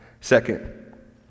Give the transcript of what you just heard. second